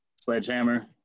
sledgehammer